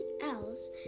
else